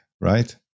right